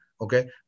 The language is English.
okay